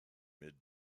mid